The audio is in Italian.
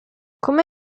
come